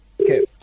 Okay